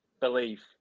belief